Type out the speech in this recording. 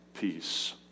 peace